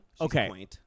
Okay